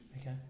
Okay